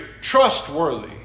trustworthy